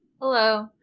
Hello